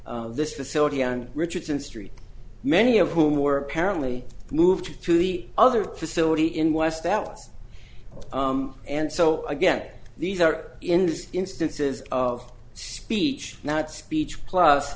this facility on richardson street many of whom were apparently moved to the other facility in west allis and so again these are in this instances of speech not speech plus